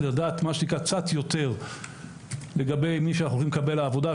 לדעת קצת יותר לגבי מי שאנחנו הולכים לקבל לעבודה,